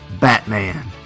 Batman